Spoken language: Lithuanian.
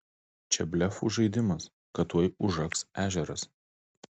čia blefų žaidimas kad tuoj užaks ežeras